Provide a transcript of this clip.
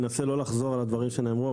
אנסה לא לחזור על הדברים שנאמרו.